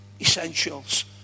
Essentials